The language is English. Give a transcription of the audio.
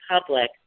public